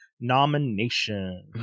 nomination